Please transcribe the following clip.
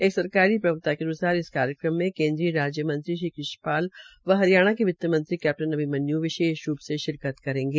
एक सरकारी प्रवक्ता के अन्सार इस कार्यक्रम में केन्द्रीय राज्यमंत्री श्री कृष्ण पाल व हरियाणा के वित्तमंत्री कैप्टन अभिमन्यू विशेष रूप से शिरकत करेंगे